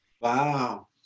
Wow